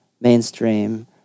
mainstream